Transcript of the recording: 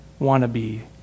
wannabe